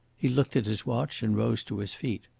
he looked at his watch and rose to his feet.